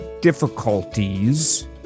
difficulties